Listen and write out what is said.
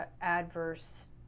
adverse